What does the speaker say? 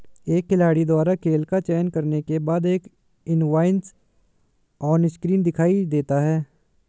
एक खिलाड़ी द्वारा खेल का चयन करने के बाद, एक इनवॉइस ऑनस्क्रीन दिखाई देता है